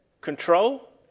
Control